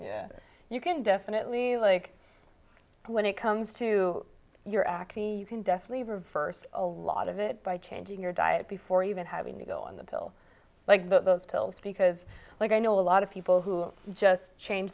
yeah you can definitely like when it comes to your act he can definitely reverse a lot of it by changing your diet before even having to go on the pill like the pills because like i know a lot of people who just change